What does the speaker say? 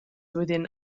within